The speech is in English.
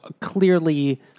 clearly